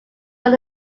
were